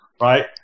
right